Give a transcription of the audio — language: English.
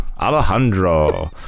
Alejandro